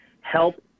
help